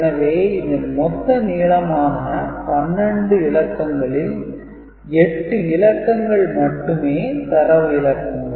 எனவே இதன் மொத்த நீளமான 12 இலக்கங்களில் 8 இலக்கங்கள் மட்டுமே தரவு இலக்கங்கள்